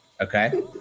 Okay